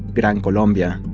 gran colombia,